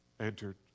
entered